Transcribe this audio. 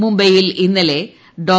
മുംബൈയിൽ ഇന്നലെ ഡോ